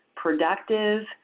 productive